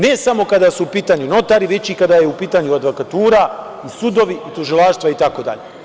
Ne samo kada su u pitanju notari, već i kada je u pitanju advokatura, sudovi i tužilaštva itd.